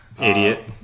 Idiot